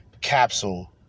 capsule